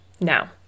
Now